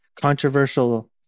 controversial